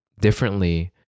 differently